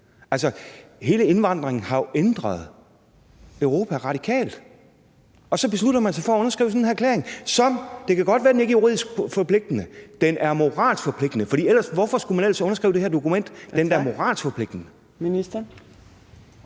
hele indvandringen har jo ændret Europa radikalt. Og så beslutter man sig for at underskrive sådan en erklæring, og det kan godt være, at den ikke er juridisk forpligtende, men den er moralsk forpligtende, for hvorfor skulle man ellers underskrive det her dokument, hvis ikke det var moralsk forpligtende?